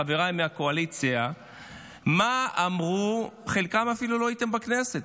חבריי מהקואליציה חלקכם אפילו לא הייתם בכנסת,